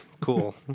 Cool